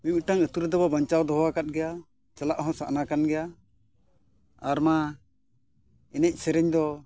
ᱢᱤᱼᱢᱤᱫᱴᱟᱝ ᱟᱛᱳ ᱨᱮᱫᱚ ᱵᱚᱱ ᱵᱟᱧᱪᱟᱣ ᱫᱚᱦᱚ ᱟᱠᱟᱫ ᱜᱮᱭᱟ ᱪᱟᱞᱟᱜ ᱦᱚᱸ ᱥᱟᱱᱟ ᱠᱟᱱ ᱜᱮᱭᱟ ᱟᱨ ᱢᱟ ᱮᱱᱮᱡᱼᱥᱮᱨᱮᱧ ᱫᱚ